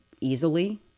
easily